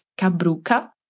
cabruca